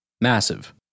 massive